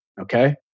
okay